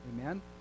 amen